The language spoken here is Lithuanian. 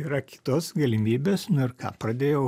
yra kitos galimybės nu ir ką pradėjau